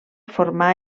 formar